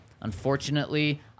unfortunately